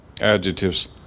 adjectives